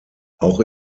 auch